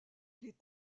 les